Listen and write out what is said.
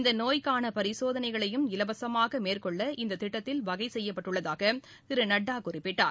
இந்த நோய்க்கான பரிசோதனைகளையும் இலவசமாக மேற்கொள்ள இந்த திட்டத்தில் வகை செய்யப்பட்டுள்ளதாக திரு நட்டா குறிப்பிட்டார்